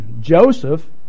Joseph